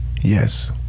Yes